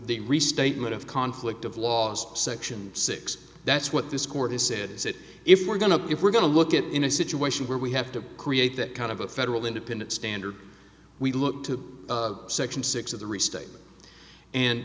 the restatement of conflict of laws section six that's what this court has said is that if we're going to if we're going to look at in a situation where we have to create that kind of a federal independent standard we look to section six of the